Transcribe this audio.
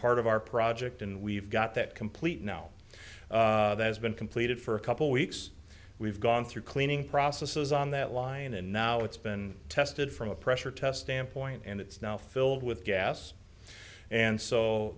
part of our project and we've got that complete now that's been completed for a couple weeks we've gone through cleaning processes on that line and now it's been tested from a pressure test dam point and it's now filled with gas and so